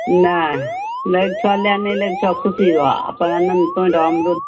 नहि लैके छऽ लए नहि लैके छऽ खुशी रहऽ अपन आनन्द तुहो रहऽ हमरो